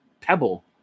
pebble